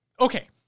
Okay